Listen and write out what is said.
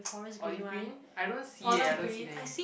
olive green I don't see eh I don't see them